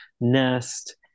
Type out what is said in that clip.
nest